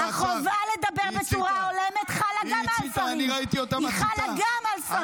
החובה לדבר בצורה הולמת חלה גם על שרים.